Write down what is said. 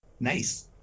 nice